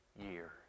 year